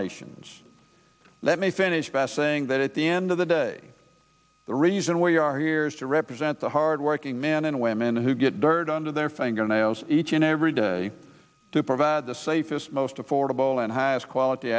nations let me finish by saying that at the end of the day the reason we are here is to represent the hard working men and women who get dirt under their fingernails each and every day to provide the safest most affordable and highest quality